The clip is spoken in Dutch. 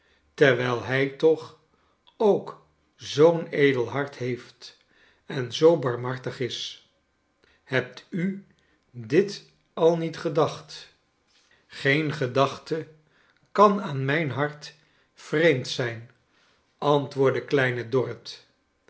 terwijl hij toch ook zoo n edel hart heeft en zoo barmhartig is hebt u dit al niet gedacht g-een gedachte kan aan mijn hart vreemd zijn antwoordde kleine dorrit